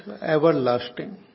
everlasting